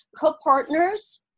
co-partners